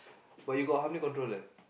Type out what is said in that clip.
but you got hundred controller